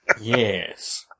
Yes